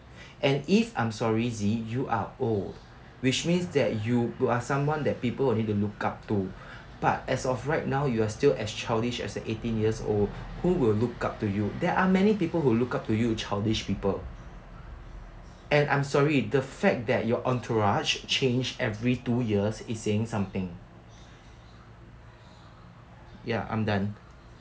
and if I'm sorry zee you are old which means that you are someone that people need to look up to but as of right now you are still as childish as the eighteen years old who will look up to you there are many people who look up to you childish people and I'm sorry the fact that your entourage change every two years is saying something ya I'm done